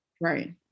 right